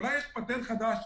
אולי יש פטנט חדש?